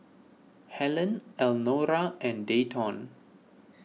Hellen Elnora and Dayton